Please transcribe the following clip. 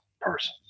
person